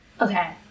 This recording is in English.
Okay